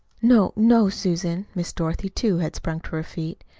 no, no, susan! miss dorothy, too, had sprung to her feet.